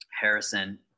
Harrison